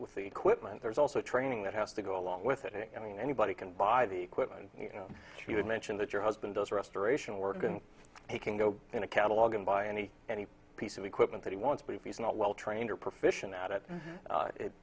with the equipment there's also training that has to go along with it i mean anybody can buy the equipment you know you did mention that your husband does restoration work and he can go in a catalog and buy any any piece of equipment that he wants but if he's not well trained or proficient at it